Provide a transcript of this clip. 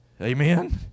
Amen